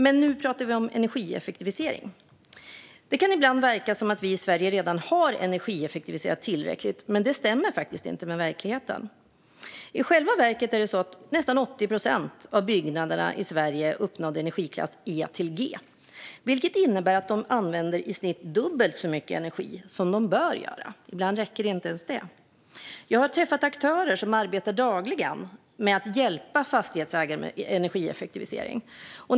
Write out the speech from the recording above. Men nu pratar vi om energieffektivisering. Det kan ibland verka som att vi i Sverige redan har energieffektiviserat tillräckligt, men det stämmer faktiskt inte med verkligheten. I själva verket är det så att nästan 80 procent av byggnaderna i Sverige uppnår energiklass E-G, vilket innebär att de använder i snitt dubbelt så mycket energi som de bör göra. Ibland räcker inte ens det. Jag har träffat aktörer som arbetar dagligen med att hjälpa fastighetsägare att energieffektivisera.